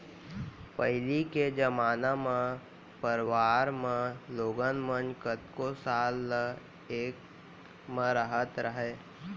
पहिली के जमाना म परवार म लोगन मन कतको साल ल एके म रहत रहें